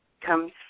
comes